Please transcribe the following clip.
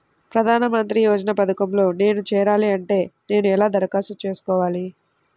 ప్రధాన మంత్రి యోజన పథకంలో నేను చేరాలి అంటే నేను ఎలా దరఖాస్తు చేసుకోవాలి?